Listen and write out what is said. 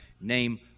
name